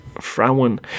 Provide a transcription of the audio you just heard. Frauen